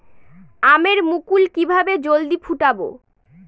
আমের মুকুল কিভাবে জলদি ফুটাব?